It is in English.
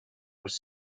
was